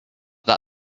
that